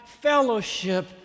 fellowship